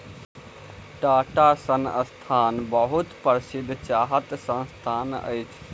टाटा संस्थान बहुत प्रसिद्ध चाहक संस्थान अछि